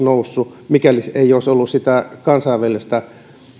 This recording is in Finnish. noussut mikäli ei olisi ollut sitä kansainvälistä